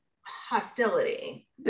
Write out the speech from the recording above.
hostility